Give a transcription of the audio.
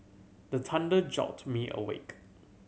the thunder jolt me awake